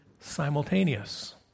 simultaneous